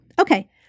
Okay